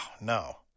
no